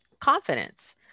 confidence